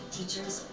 Teachers